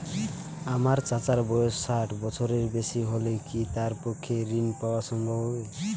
আমার চাচার বয়স ষাট বছরের বেশি হলে কি তার পক্ষে ঋণ পাওয়া সম্ভব হবে?